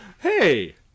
Hey